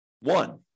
One